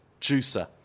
juicer